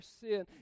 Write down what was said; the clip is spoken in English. sin